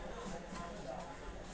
कीट रोग क्या है?